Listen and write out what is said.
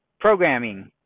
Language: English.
programming